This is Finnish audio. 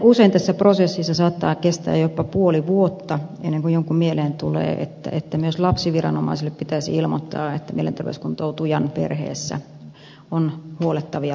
usein tässä prosessissa saattaa kestää jopa puoli vuotta ennen kuin jonkun mieleen tulee että myös lapsiviranomaiselle pitäisi ilmoittaa että mielenterveyskuntoutujan perheessä on huollettavia lapsia